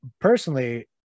personally